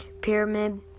pyramid